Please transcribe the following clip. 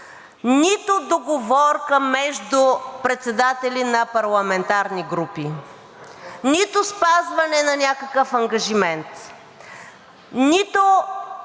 нито договорка между председатели на парламентарни групи, нито спазване на някакъв ангажимент, нито